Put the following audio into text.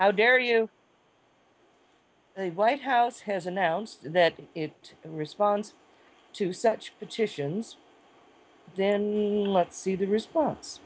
how dare you the white house has announced that in response to such petitions then let's see the response